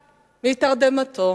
מתרדמתו.